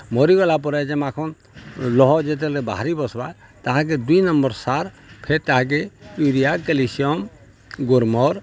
ମରିଗଲା ପରେ ଯେ ମାଖନ୍ ଲହ ଯେତେବେଲେ ବାହାରି ବସ୍ବା ତାହାକେ ଦୁଇ ନମ୍ବର୍ ସାର୍ ଫେର୍ ତାହାକେ ୟୁରିଆ କ୍ୟାଲିସିୟମ୍ ଗୋର୍ମର୍